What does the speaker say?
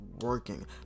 working